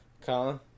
Colin